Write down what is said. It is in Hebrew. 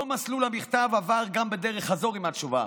אותו מסלול המכתב עבר גם בדרך חזור עם התשובה.